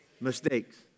Mistakes